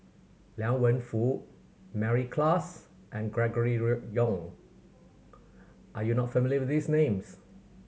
Liang Wenfu Mary Klass and Gregory Road Yong are you not familiar with these names